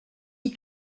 les